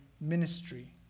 ministry